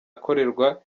akorerwa